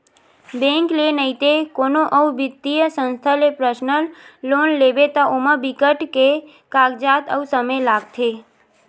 bank ले नइते कोनो अउ बित्तीय संस्था ले पर्सनल लोन लेबे त ओमा बिकट के कागजात अउ समे लागथे